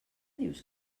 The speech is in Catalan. dius